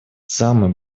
самой